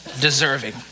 deserving